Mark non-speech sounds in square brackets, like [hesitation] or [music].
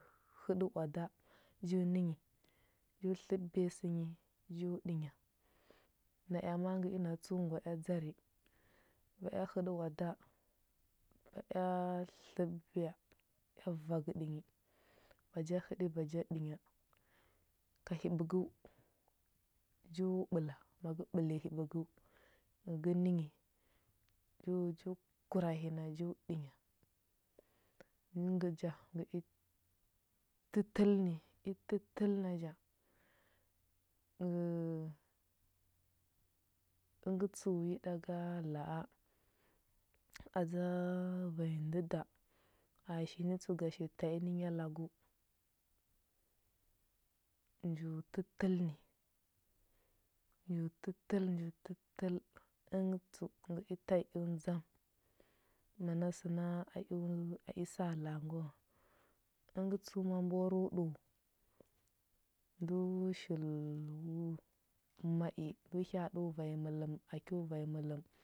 Həɗə oada, ju nə nyi ju tləɓəbiya sə nyi, ju ɗənya. Naea ma a ngə i na tsəu ngwa ea dzari. Ngə ea həɗə oada, ngə ea tləɓəbiya ea vagəɗə yi, ba ja həɗə ba ja ɗənya. Ka hiɓəgəu, ju ɓəla. Ma gə ɓəliya hiɓəgəu, ma gə nə nyi ju ju kurahina ju ɗənya. Əngə ja, ngə i tətəl ni, i tətəl na ja, [hesitation] ngə əngə tsəu yi ɗaga la a, adza vanyi ndə da, a shi nə tsəu ga shi ta i nə ya lagu, nju tətəl ni, nju tətəl nju tətəl, əngə tsəu ngə ta i eo ndzam. Mana səna a eo a i saa la a ngə wa. Əngə tsəu a mboro ɗəu, ndo shil ma i, ndo hya aɗo vanyi mələm a kyo vanyi mələm.